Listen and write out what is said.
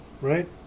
right